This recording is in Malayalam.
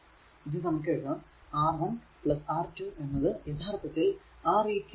ഇത് നമുക്ക് എഴുതാം R1 R2 എന്നത് യഥാർത്ഥത്തിൽ R eq ആണ്